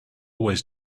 always